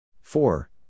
Four